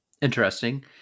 interesting